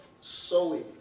sowing